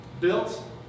Built